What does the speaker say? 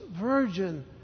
virgin